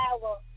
power